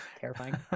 terrifying